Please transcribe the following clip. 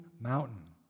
mountain